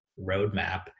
roadmap